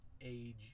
age